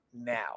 now